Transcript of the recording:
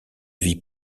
vit